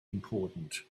important